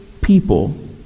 people